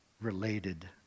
related